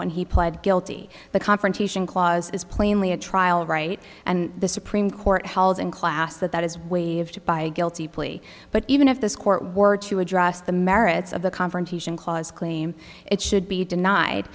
when he pled guilty the confrontation clause is plainly a trial right and the supreme court held in class that that is waived by a guilty plea but even if this court were to address the merits of the confrontation clause claim it should be denied